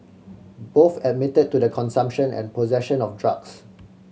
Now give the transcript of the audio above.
both admitted to the consumption and possession of drugs